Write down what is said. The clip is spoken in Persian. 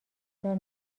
دار